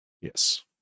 Yes